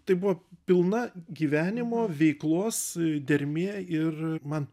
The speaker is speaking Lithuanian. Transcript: tai buvo pilna gyvenimo veiklos dermė ir man